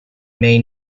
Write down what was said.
may